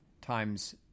times